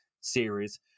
series